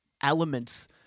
elements